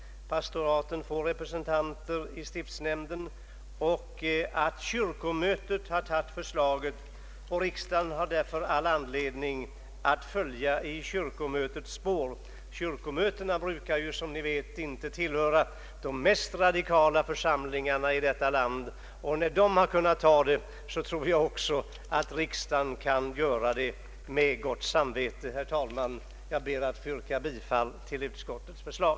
Pastoraten får representanter i stiftshämnden. Kyrkomötet har dessutom gått med på förslaget och riksdagen har därför all anledning att följa i kyrkomötets spår. Kyrkomöten brukar som ni vet inte tillhöra de mest radikala församlingarna i detta land. När ett kyrkomöte har kunnat acceptera förslaget, tycker jag att även riksdagen kan göra det med gott samvete. Herr talman! Jag ber att få yrka bifall till utskottets förslag.